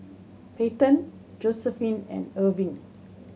Peyton Josiephine and Erving